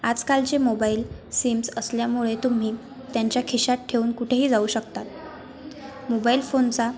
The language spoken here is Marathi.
आजकालचे मोबाईल सिम्स असल्यामुळे तुम्ही त्यांच्या खिशात ठेवून कुठेही जाऊ शकता मोबाईल फोनचा